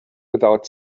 without